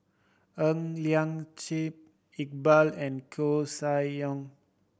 Ng Liang Chiang Iqbal and Koeh Sia Yong